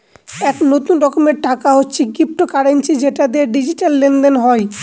এক নতুন রকমের টাকা হচ্ছে ক্রিপ্টোকারেন্সি যেটা দিয়ে ডিজিটাল লেনদেন হয়